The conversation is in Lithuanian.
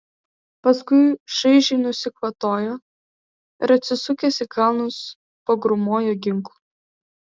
paskui šaižiai nusikvatojo ir atsisukęs į kalnus pagrūmojo ginklu